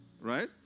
Right